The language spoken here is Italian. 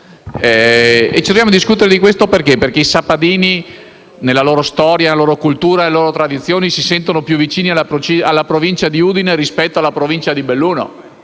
un'altra. Discutiamo di questo forse perché i sappadini, nella loro storia, nella loro cultura, nelle loro tradizioni si sentono più vicini alla Provincia di Udine rispetto a quella di Belluno?